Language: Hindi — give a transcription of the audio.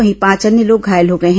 वहीं पांच अन्य लोग घायल हो गए हैं